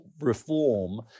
reform